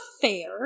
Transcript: fair